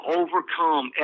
overcome